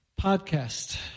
Podcast